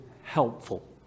helpful